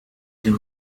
the